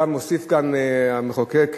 גם הוסיף כאן המחוקק,